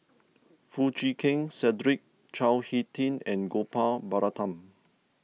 Foo Chee Keng Cedric Chao Hick Tin and Gopal Baratham